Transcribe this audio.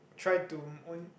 try to own